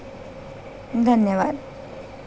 धन्यवाद